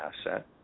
asset